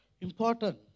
important